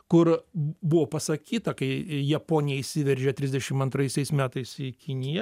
kur buvo pasakyta kai japonija įsiveržė trisdešim antraisiais metais į kiniją